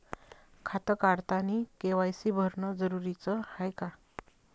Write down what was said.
खातं काढतानी के.वाय.सी भरनं जरुरीच हाय का?